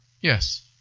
Yes